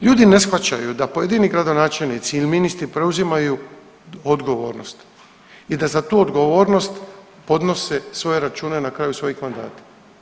Ljudi ne shvaćaju da pojedini gradonačelnici ili ministri preuzimaju odgovornost i da za tu odgovornost podnose svoje račune na kraju svojih mandata.